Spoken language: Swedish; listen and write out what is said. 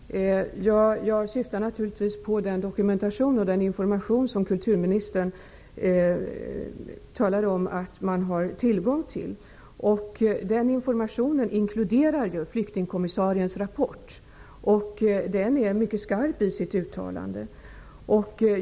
Fru talman! Jag syftar naturligtvis på den dokumentation och den information som kulturministern talade om att man har tillgång till. I den informationen inkluderas ju flyktingkommissariens rapport, och där görs ett mycket skarpt uttalande.